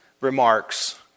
remarks